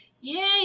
Yay